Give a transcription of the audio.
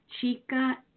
chica